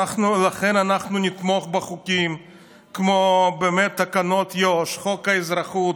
לכן אנחנו נתמוך בחוקים כמו תקנות יו"ש וחוק האזרחות.